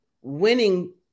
winning